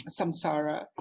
samsara